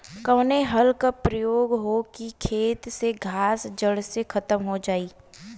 कवने हल क प्रयोग हो कि खेत से घास जड़ से खतम हो जाए?